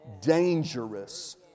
dangerous